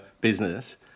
business